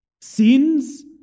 Sins